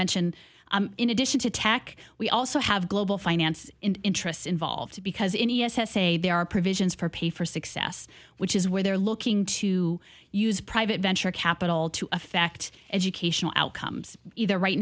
mention in addition to attack we also have global finance interests involved because in the s s a there are provisions for pay for success which is where they're looking to use private venture capital to affect educational outcomes either right